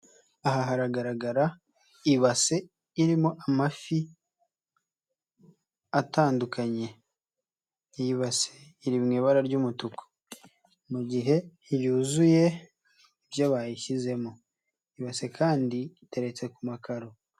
Aha haragaragara ibase irimo amafi atandukanye, iyi basi iri mu ibara ry'umutuku, mu gihe yuzuye ibyo bayishyizemo, ibase kandi iteretse ku makaro.